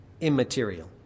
immaterial